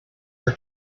her